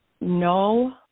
no